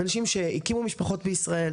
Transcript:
אלו אנשים שהקימו משפחות בישראל,